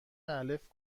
الف